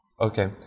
Okay